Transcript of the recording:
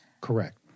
Correct